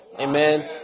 Amen